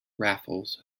raffles